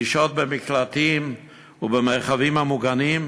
לשהות במקלטים ובמרחבים המוגנים?